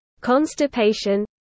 constipation